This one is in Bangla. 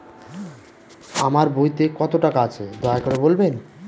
আমার বইতে কত টাকা আছে দয়া করে বলবেন?